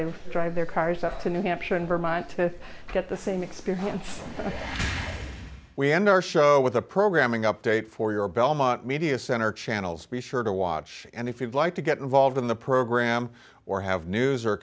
would drive their cars up to new hampshire and vermont to get the same experience and we end our show with a programming update for your belmont media center channel's be sure to watch and if you'd like to get involved in the program or have news or